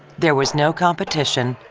there was no competition,